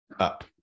up